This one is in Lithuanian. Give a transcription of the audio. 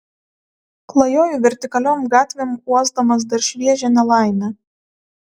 klajoju vertikaliom gatvėm uosdamas dar šviežią nelaimę